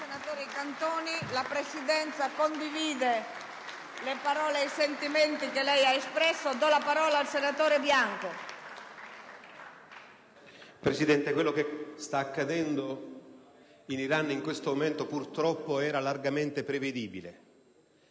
Presidente, quello che sta accadendo in Iran in questo momento purtroppo era largamente prevedibile.